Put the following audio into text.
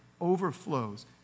overflows